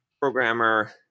Programmer